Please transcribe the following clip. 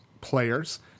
players